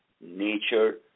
nature